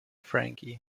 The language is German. frankie